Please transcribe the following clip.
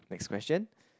next question